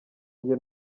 njye